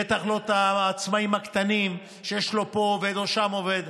בטח לא את העצמאים הקטנים שיש להם פה ושם עובד.